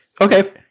Okay